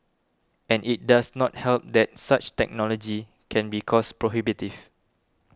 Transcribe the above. and it does not help that such technology can be cost prohibitive